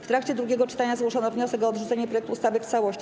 W trakcie drugiego czytania zgłoszono wniosek o odrzucenie projektu ustawy w całości.